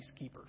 peacekeepers